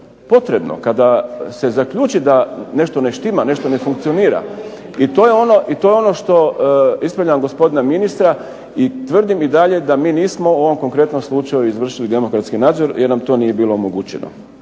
potrebno, kada se zaključi da nešto ne štima, nešto ne funkcionira i to je ono što ispravljam gospodina ministra i tvrdim i dalje da mi nismo u ovom konkretnom slučaju izvršili demokratski nadzor jer nam to nije bilo omogućeno.